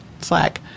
Slack